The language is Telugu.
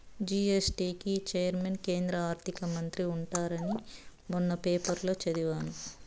జీ.ఎస్.టీ కి చైర్మన్ కేంద్ర ఆర్థిక మంత్రి ఉంటారని మొన్న పేపర్లో చదివాను